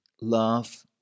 love